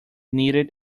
needed